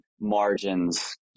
margins